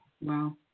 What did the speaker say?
Wow